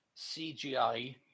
CGI